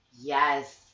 yes